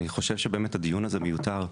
אני חושב שבאמת הדיון הזה מיותר.